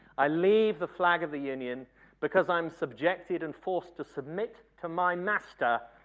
i leave the flag of the union because i am subjected and forced to submit to my master,